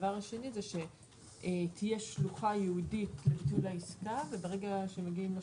הדבר השני הוא שתהיה שלוחה ייעודית לביטול העסקה וברגע שמגיעים לשלוחה,